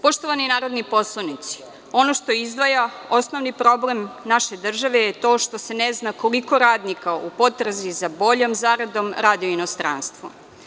Poštovani narodni poslanici, ono što izdvaja osnovni problem naše države je to što se ne zna koliko radnika u potrazi za boljom zaradom radi u inostranstvu.